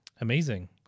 amazing